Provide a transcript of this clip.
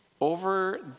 Over